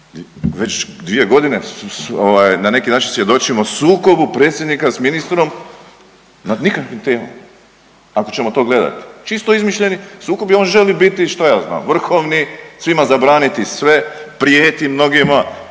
već dvije godine na neki način svjedočimo sukobu predsjednika s ministrom nad nikakvim temama ako ćemo to gledati. Čisto izmišljeni sukob i on želi biti šta ja znam vrhovni, svima zabraniti sve, prijeti mnogima,